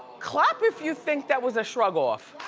clap if you think that was a shrug-off.